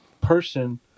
person